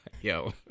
yo